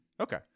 Okay